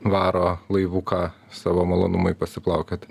varo laivuką savo malonumui pasiplaukioti